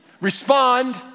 Respond